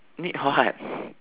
need what